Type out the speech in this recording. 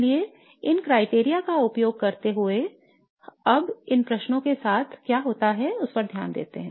इसलिए इन criteria का उपयोग करते हुए अब इन प्रश्नों के साथ क्या होता है इस पर ध्यान दें